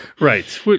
Right